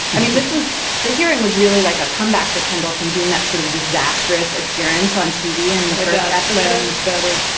i mean this was the hearing was really like a comeback for kendall from doing that sort of disastrous appearance on tv and the but yeah episode was better.